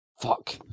Fuck